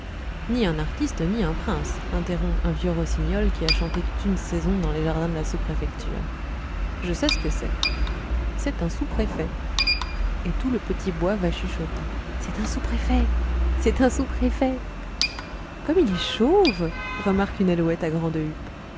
ni un artiste ni un prince interrompt un vieux rossignol qui a chanté toute une saison dans les jardins de la sous-préfecture je sais ce que c'est c'est un sous-préfet et tout le petit bois va chuchotant c'est un sous-préfet c'est un sous-préfet comme il est chauve remarque une alouette à grande